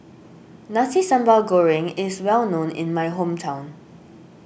Nasi Sambal Goreng is well known in my hometown